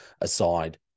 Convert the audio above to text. aside